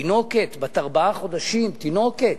תינוקת בת ארבעה חודשים, תינוקת.